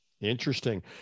Interesting